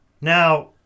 Now